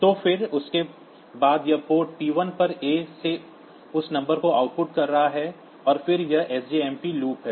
और फिर उसके बाद यह पोर्ट p1 पर A से उस नंबर को आउटपुट कर रहा है और फिर यह सजमप लूप है